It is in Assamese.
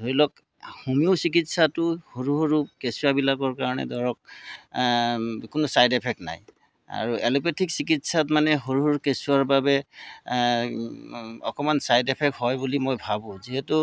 ধৰি লওক হোমিও চিকিৎসাটো সৰু সৰু কেঁচুৱাবিলাকৰ কাৰণে ধৰক কোনো চাইড এফেক্ট নাই আৰু এলোপেথিক চিকিৎসাত মানে সৰু সৰু কেঁচুৱাৰ বাবে অকণমান ছাইড এফেক্ট হয় বুলি মই ভাবোঁ যিহেতু